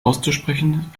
auszusprechen